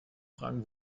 fragen